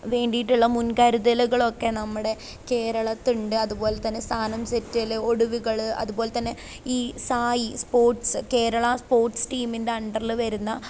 വേണ്ടിയിട്ടുള്ള മുൻകരുതലുകളൊക്കെ നമ്മുടെ കേരളത്തുണ്ട് അതുപോലെതന്നെ സാനം തെറ്റൽ ഒടിവുകൾ അതുപോലത്തന്നെ ഈ സായി സ്പോട്സ് കേരള സ്പോട്സ് ടീമിൻ്റെ അണ്ടറിൽ വരുന്ന